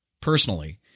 personally